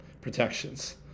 protections